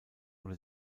oder